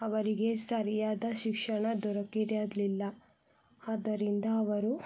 ಅವರಿಗೆ ಸರಿಯಾದ ಶಿಕ್ಷಣ ದೊರಕಿರಲಿಲ್ಲ ಆದ್ದರಿಂದ ಅವರು